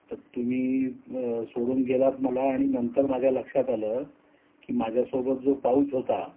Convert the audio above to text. तर तुम्ही सोडून गेलात मला आणि नंतर माझ्या लक्षात आलं की माझ्यासोबत जो पाऊच होता